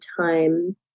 time